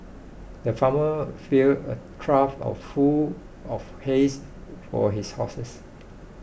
the farmer filled a trough of full of hays for his horses